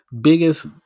biggest